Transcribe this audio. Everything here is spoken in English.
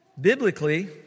Biblically